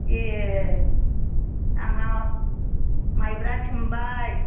ए आंहा माबा मायब्रा सोमबाय